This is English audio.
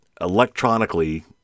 electronically